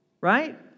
Right